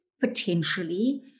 potentially